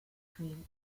between